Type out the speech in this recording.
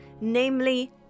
namely